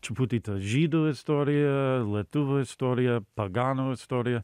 truputį ta žydų istorija lietuvų istorija paganų istorija